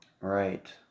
Right